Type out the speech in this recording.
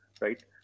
right